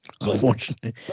Unfortunately